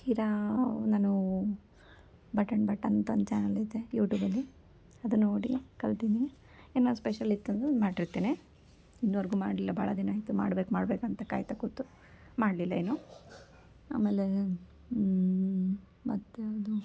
ಶೀರಾ ನಾನು ಭಟ್ ಆ್ಯಂಡ್ ಭಟ್ ಅಂತ ಒಂದು ಚಾನಲ್ ಇದೆ ಯೂಟೂಬಲ್ಲಿ ಅದು ನೋಡಿ ಕಲ್ತೀನಿ ಏನಾರೂ ಸ್ಪೆಷಲ್ ಇತ್ತಂದ್ರೆ ಮಾಡಿರ್ತೀನಿ ಇನ್ನೂವರ್ಗು ಮಾಡಲಿಲ್ಲ ಭಾಳ ದಿನ ಆಯಿತು ಮಾಡ್ಬೇಕು ಮಾಡ್ಬೇಕು ಅಂತ ಕಾಯ್ತಾ ಕೂತು ಮಾಡಲಿಲ್ಲ ಏನೂ ಆಮೇಲೆ ಮತ್ತು ಯಾವುದು